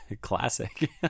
classic